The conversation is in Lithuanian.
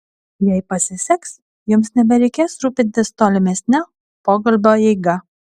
jei pasiseks jums nebereikės rūpintis tolimesne pokalbio eiga